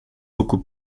beaucoup